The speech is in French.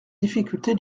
difficulté